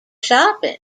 shopping